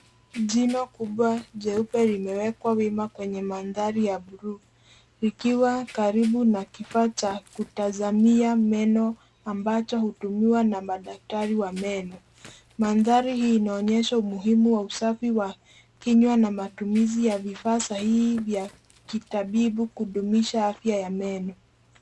Jino kubwa jeupe limewekwa wima kwenye mandhari ya bluu likiwa karibu na kifaa cha kutazamia meno ambacho hutumiwa na madaktari wa meno. Mandhari hii inaonyesha umuhimu wa usafi wa kinywa na matumizi ya vifaa sahihi vya kitabibu kudumisha afya ya meno.